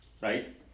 right